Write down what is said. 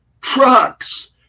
trucks